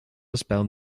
spelled